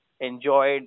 enjoyed